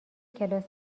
کلاس